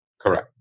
Correct